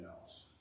else